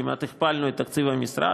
כמעט הכפלנו את תקציב המשרד,